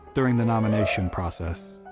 during the nomination process.